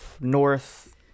North